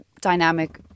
dynamic